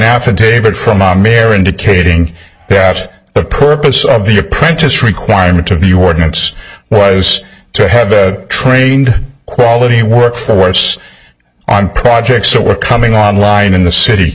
affidavit from our mayor indicating that the purpose of the apprentice requirement to view ordinance was to have a trained quality workforce on projects that were coming on line in the city